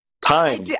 Time